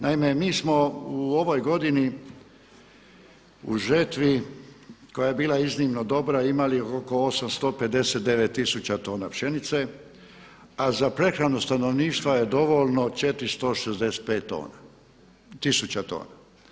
Naime, mi smo u ovoj godini u žetvi koja je bila iznimno dobra imali oko 859 tisuća tona pšenice, a za prehranu stanovništva je dovoljno 465 tona, tisuća tona.